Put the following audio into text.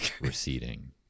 receding